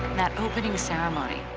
that opening ceremony,